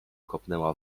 kopnęła